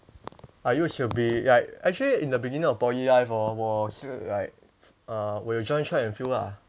I used to be like actually in the beginning of poly life hor 我是 like err 我有 join track and field lah